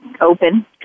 open